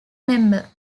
member